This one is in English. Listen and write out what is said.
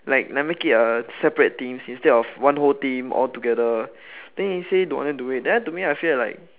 like like make it a separate teams instead of one whole team all together then he say don't want do it then to me I feel like